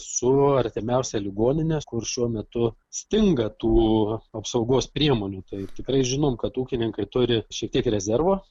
su artimiausia ligonine kur šiuo metu stinga tų apsaugos priemonių tai tikrai žinom kad ūkininkai turi šiek tiek rezervo